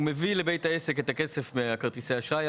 הוא מביא לבית העסק את הכסף מכרטיסי האשראי,